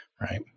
right